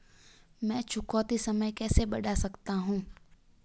मैं चुकौती समय कैसे बढ़ा सकता हूं?